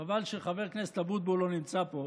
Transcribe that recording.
חבל שחבר הכנסת אבוטבול לא נמצא פה,